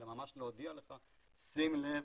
אלא ממש להודיע לך: שים לב,